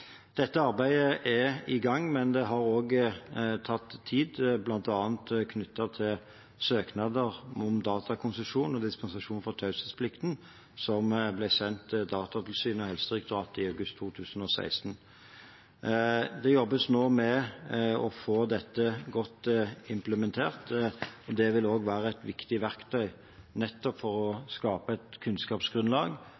Dette arbeidet er i gang, men det har tatt tid, bl.a. knyttet til søknader om datakonsesjon og dispensasjon fra taushetsplikten, som ble sendt Datatilsynet og Helsedirektoratet i august 2016. Det jobbes nå med å få dette godt implementert. Det vil også være et viktig verktøy nettopp for